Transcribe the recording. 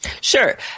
Sure